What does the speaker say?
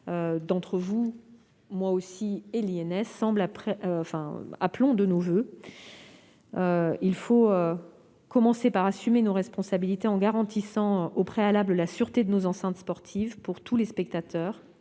messieurs les sénateurs, appelons de nos voeux. Il faut commencer par assumer nos responsabilités, en garantissant au préalable la sûreté de nos enceintes sportives pour tous les spectateurs